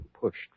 pushed